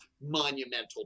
monumental